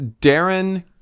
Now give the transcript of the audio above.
Darren